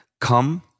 Come